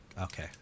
Okay